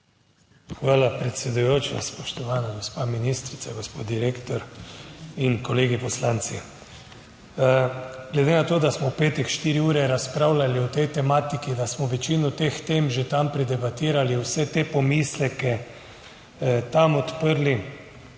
Hvala, predsedujoča. Spoštovana gospa ministrica, gospod direktor in kolegi poslanci! Glede na to, da smo v petek, 4 ure razpravljali o tej tematiki, da smo večino teh tem že tam predebatirali, vse te pomisleke tam odprli